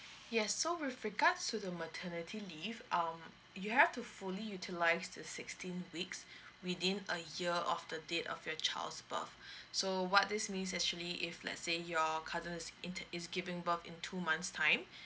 yes so with regards to the maternity leave um you have to fully utilise the sixteen weeks within a year of the date of your child's birth so what this means actually if let's say your cousin is into is giving birth in two months time